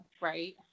right